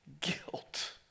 guilt